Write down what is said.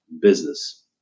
business